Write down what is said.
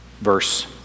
verse